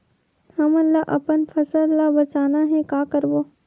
हमन ला अपन फसल ला बचाना हे का करबो?